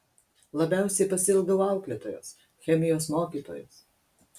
labiausiai pasiilgau auklėtojos chemijos mokytojos